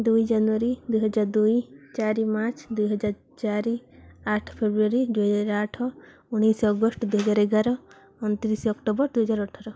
ଦୁଇ ଜାନୁଆରୀ ଦୁଇହଜାର ଦୁଇ ଚାରି ମାର୍ଚ୍ଚ ଦୁଇହଜାର ଚାରି ଆଠ ଫେବୃଆରୀ ଦୁଇହଜାର ଆଠ ଉଣେଇଶି ଅଗଷ୍ଟ ଦୁଇହଜାର ଏଗାର ଅଣତିରିଶି ଅକ୍ଟୋବର ଦୁଇହଜାର ଅଠର